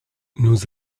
nous